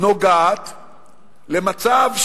נוגעת למצב,